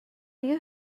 you